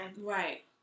Right